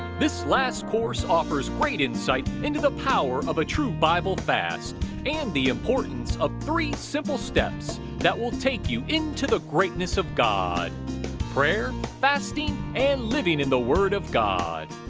this last course offers great insight into the power of a true bible fast and the importance of three simple steps that will take you into the greatness of god prayer, fasting and living in the word of god.